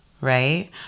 right